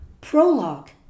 prologue